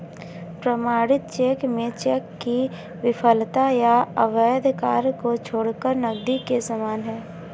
प्रमाणित चेक में बैंक की विफलता या अवैध कार्य को छोड़कर नकदी के समान है